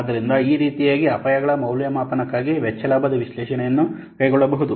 ಆದ್ದರಿಂದ ಈ ರೀತಿಯಾಗಿ ಅಪಾಯಗಳ ಮೌಲ್ಯಮಾಪನಕ್ಕಾಗಿ ವೆಚ್ಚ ಲಾಭದ ವಿಶ್ಲೇಷಣೆಯನ್ನು ಕೈಗೊಳ್ಳಬಹುದು